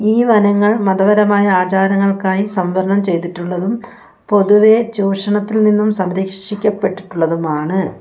ഈ വനങ്ങൾ മതപരമായ ആചാരങ്ങൾക്കായി സംവരണം ചെയ്തിട്ടുള്ളതും പൊതുവേ ചൂഷണത്തിൽനിന്നും സംരക്ഷിക്കപ്പെട്ടിട്ടുള്ളതുമാണ്